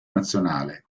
nazionale